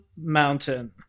Mountain